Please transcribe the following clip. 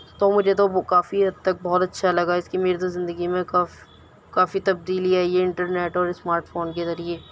تو مجھے تو کافی حد تک بہت اچھا لگا اس کی میری زندگی میں کاف کافی تبدیلی آئی ہے انٹرنیٹ اور اسمارٹ فون کے ذریعہ